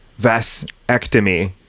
vasectomy